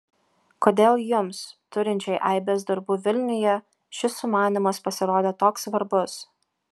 kodėl jums turinčiai aibes darbų vilniuje šis sumanymas pasirodė toks svarbus